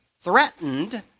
threatened